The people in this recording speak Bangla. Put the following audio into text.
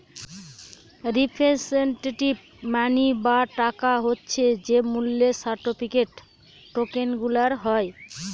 রিপ্রেসেন্টেটিভ মানি বা টাকা হচ্ছে যে মূল্য সার্টিফিকেট, টকেনগুলার হয়